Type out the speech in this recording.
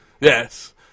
Yes